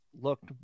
looked